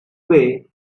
way